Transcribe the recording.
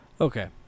Okay